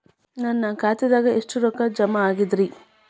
ನನ್ನ ಖಾತೆದಾಗ ಎಷ್ಟ ರೊಕ್ಕಾ ಜಮಾ ಆಗೇದ್ರಿ?